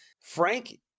Frank